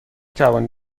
توانی